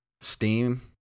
Steam